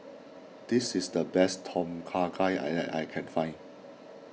this is the best Tom Kha Gai I that I can find